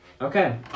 Okay